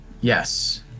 Yes